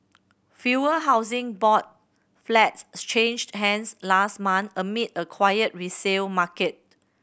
fewer Housing Board flats changed hands last month amid a quiet resale market